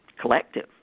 collective